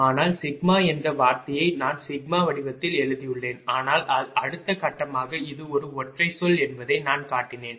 ஆனால் சிக்மா என்ற வார்த்தையை நான் சிக்மா வடிவத்தில் எழுதினேன் ஆனால் அடுத்த கட்டமாக இது ஒரு ஒற்றை சொல் என்பதை நான் காட்டினேன்